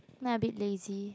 now a bit lazy